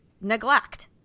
neglect